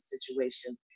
situation